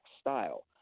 style